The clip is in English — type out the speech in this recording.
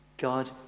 God